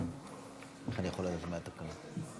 כך נכתב בכל הזימונים של